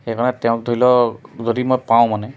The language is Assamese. সেইকাৰণে তেওঁক ধৰি লওক যদি মই পাওঁ মানে